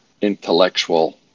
intellectual